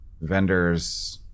vendors